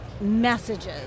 messages